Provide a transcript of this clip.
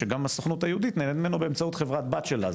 שגם הסוכנות היהודית נהנית ממנו באמצעות חברת בת שלה,